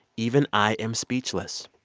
even i am speechless.